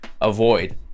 avoid